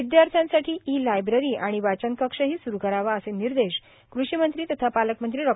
विद्यार्थ्यांसाठी e library आणि वाचन कक्षही स्रू करावा असे निर्देश कृषी मंत्री तथा पालकमंत्री डॉ